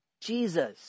Jesus